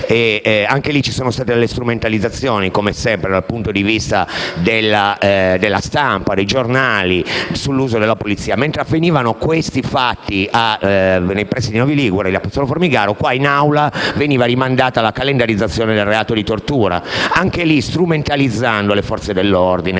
occasione ci sono state delle strumentalizzazioni, come sempre, da parte della stampa e dei giornali, sull'uso della polizia. Mentre avvenivano quei fatti nei pressi di Novi Ligure, a Pozzolo Formigaro, qui in Aula veniva rimandata la calendarizzazione del reato di tortura, anche in tal caso strumentalizzando le Forze dell'ordine.